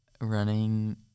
running